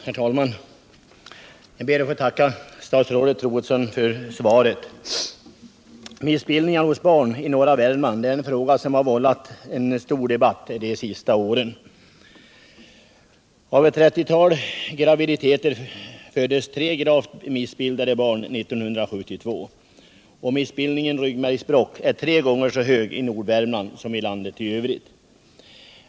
Herr talman! Jag ber att få tacka statsrådet Troedsson för svaret. Missbildningar hos barn i norra Värmland är en fråga som vållat stor debatt under de senaste åren. På ewt 30-tal graviditeter föddes tre gravt missbildade barn 1972, och missbildningen ryggmärgsbråck är tre gånger så vanlig i norra Värmland som ilandet i övrigt.